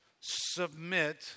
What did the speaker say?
submit